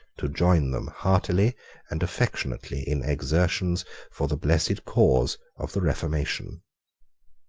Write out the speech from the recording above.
to join them heartily and affectionately in exertions for the blessed cause of the reformation.